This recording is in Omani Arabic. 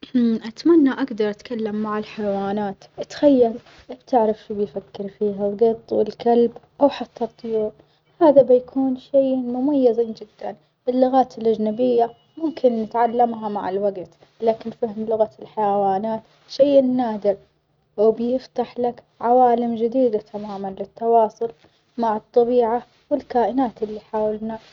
أتمنى أجدر أتكلم مع الحيوانت أتخيل بتعرف شو بيفكر فيه هالجط والكلب أو حتى الطيور، هذا بيكون شي مميز جدًا، اللغات الأجنبية ممكن نتعلمها مع الوجت لكن فهم لغة الحيوانات شي نادر، وبيفتح لك عوالم جديدة تمامًا للتواصل مع الطبيعة والكائنات اللي حولنا.